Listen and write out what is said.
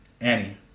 Annie